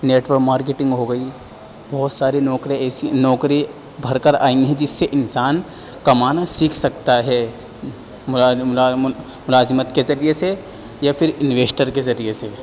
network marketing ہو گئی بہت ساری نوکری ایسی نوکری ابھر کر آئی ہیں جس سے انسان کمانا سیکھ سکتا ہے ملازمت کے ذریعے سے یا پھر انویسٹر کے ذریعے سے